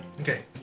Okay